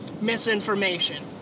misinformation